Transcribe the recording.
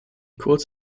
kurz